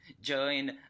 join